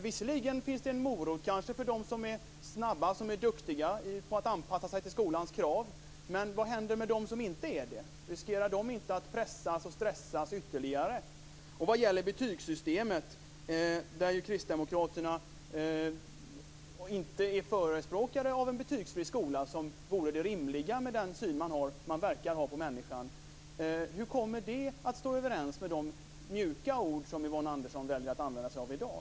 Visserligen finns det kanske en morot för dem som är snabba och duktiga på att anpassa sig till skolans krav, men vad händer med dem som inte är det? Riskerar de inte att pressas och stressas ytterligare? Vad gäller betygssystemet är kristdemokraterna inte förespråkare av en betygsfri skola, som vore det rimliga med den syn man verkar ha på människan. Hur kommer det att stå överens med de mjuka ord som Yvonne Andersson väljer att använda sig av i dag?